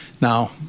Now